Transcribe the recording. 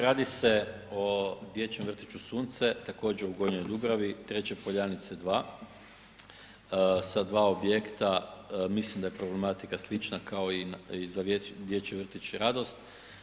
Radi se o dječjem vrtiću Sunce, također u Gornjoj Dubravi, Treće Poljanice 2 sva dva objekta, mislim da je problematika slična kao i za Dječji vrtić Radost.